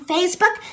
Facebook